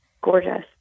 gorgeous